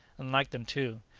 and like them too.